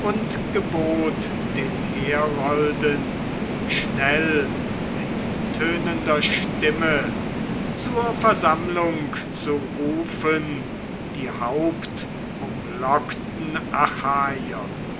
und gebot den herolden schnell mit tönender stimme zur versammlung zu rufen die hauptumlockten